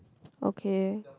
okay